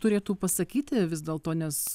turėtų pasakyti vis dėlto nes